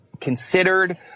considered